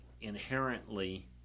inherently